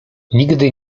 nigdy